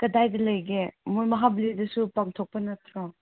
ꯀꯗꯥꯏꯗ ꯂꯩꯒꯦ ꯃꯣꯏ ꯃꯍꯥꯕꯂꯤꯗꯁꯨ ꯄꯥꯡꯊꯣꯛꯄ ꯅꯠꯇ꯭ꯔꯣ